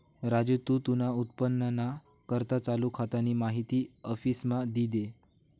राजू तू तुना उत्पन्नना करता चालू खातानी माहिती आफिसमा दी दे